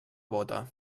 bóta